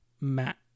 Matt